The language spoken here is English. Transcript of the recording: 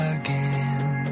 again